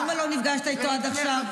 למה לא נפגשת איתו עד עכשיו?